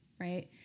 right